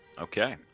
Okay